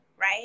Right